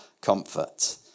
comfort